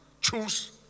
choose